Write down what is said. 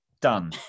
done